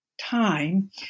time